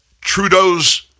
Trudeau's